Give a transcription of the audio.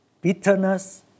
bitterness